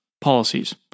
policies